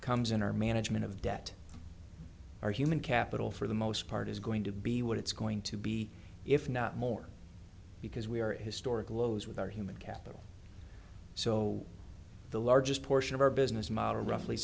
comes in our management of debt our human capital for the most part is going to be what it's going to be if not more because we are at historic lows with our human capital so the largest portion of our business model roughly